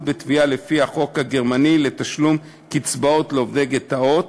בתביעה לפי החוק הגרמני לתשלום קצבאות לעובדי גטאות